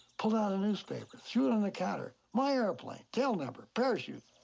pulled out a newspaper, threw it on the counter. my airplane, tail number, parachutes.